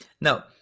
Now